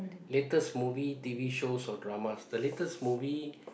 latest movie T_V shows or dramas the latest movie